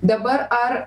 dabar ar